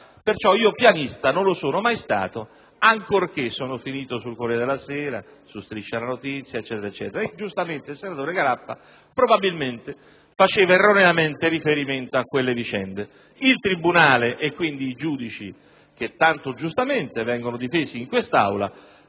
ragione io pianista non lo sono mai stato, ancorché sono finito sul «Corriere della Sera», su «Striscia la notizia», eccetera. Il senatore Garraffa, probabilmente faceva erroneamente riferimento a quelle vicende, ma il tribunale e quindi i giudici, che tanto giustamente vengono difesi in quest'Aula,